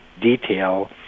detail